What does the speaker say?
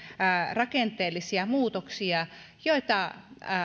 rakenteellisia muutoksia joita